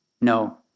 No